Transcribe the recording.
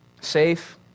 safe